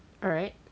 alright